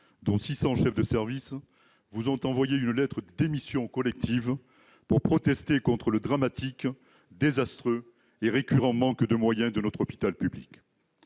dont 600 chefs de service, lui ont envoyé une lettre de démission collective pour protester contre le dramatique, désastreux et récurrent manque de moyens de notre hôpital public.